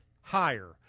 higher